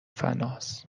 فناس